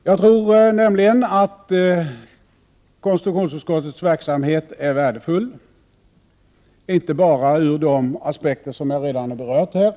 Jag tror nämligen att konstitutionsutskottets verksamhet är värdefull, inte bara ur de aspekter som jag redan har berört här.